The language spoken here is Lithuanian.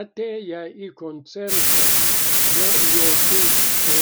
atėję į koncertą be jokių ė